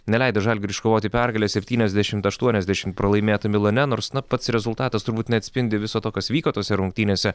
neleido žalgiriui iškovoti pergalės septyniasdešimt aštuoniasdešimt pralaimėta milane nors na pats rezultatas turbūt neatspindi viso to kas vyko tose rungtynėse